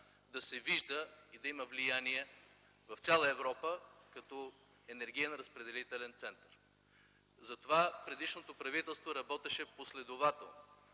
да се вижда и да има влияние в цяла Европа като енергиен разпределителен център. За това предишното правителство работеше последователно.